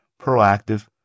proactive